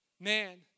man